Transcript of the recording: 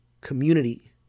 community